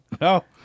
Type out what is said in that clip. No